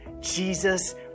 Jesus